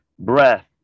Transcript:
breath